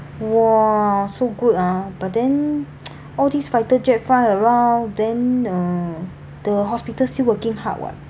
!wah! so good ah but then all these fighter jet fly around then uh the hospitals still working hard [what]